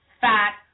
fat